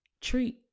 treat